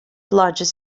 largest